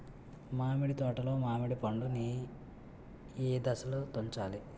మామిడి తోటలో మామిడి పండు నీ ఏదశలో తుంచాలి?